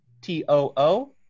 T-O-O